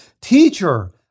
Teacher